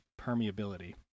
permeability